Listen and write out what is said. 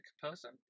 person